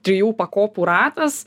trijų pakopų ratas